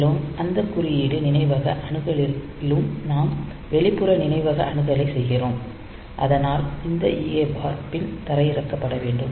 மேலும் அந்த குறியீடு நினைவக அணுகலிலும் நாம் வெளிப்புற நினைவக அணுகலைச் செய்கிறோம் அதனால் இந்த EA பார் பின் தரையிறக்கப்பட வேண்டும்